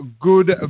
good